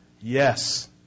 Yes